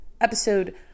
Episode